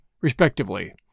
respectively